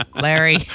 Larry